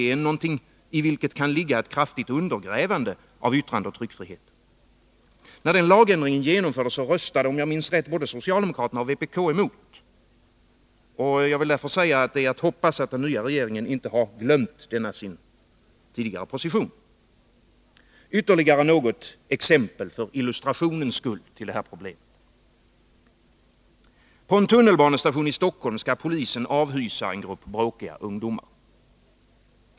I detta kan ligga ett kraftigt undergrävande av yttrandeoch tryckfriheten. När lagändringen genomfördes, röstade både socialdemokraterna och vpk emot. Det är att hoppas att den nya regeringen inte har glömt denna sin tidigare position. Ytterligare något exempel, för illustrationens skull, på detta problem. På en tunnelbanestation i Stockholm skall polisen avhysa en grupp bråkiga ungdomar.